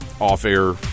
off-air